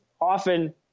often